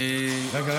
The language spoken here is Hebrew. רגע,